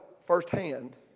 firsthand